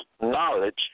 knowledge